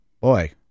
Boy